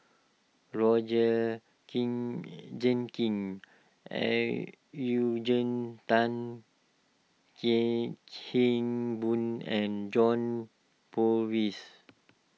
Roger king Jenkins Eugene Tan Kheng Boon and John Purvis